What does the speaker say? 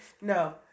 No